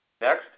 Next